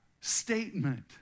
statement